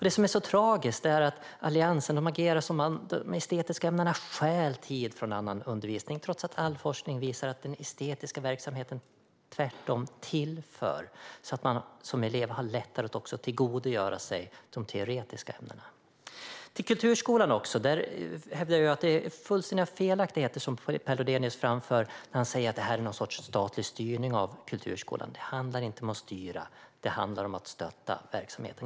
Det som är så tragiskt är att Alliansen agerar som om de estetiska ämnena stal tid från annan undervisning, trots att all forskning visar att den estetiska verksamheten tvärtom tillför något och gör att man som elev har lättare att tillgodogöra sig de teoretiska ämnena. När det gäller kulturskolan hävdar jag att Per Lodenius framför fullständiga felaktigheter när han säger att det är fråga om någon sorts statlig styrning. Det handlar inte om att styra kulturskolan. Det handlar om att stötta verksamheten.